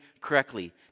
correctly